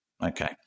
Okay